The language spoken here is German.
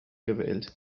gewählt